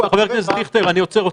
--- חבר הכנסת דיכטר, אני עוצר אותך,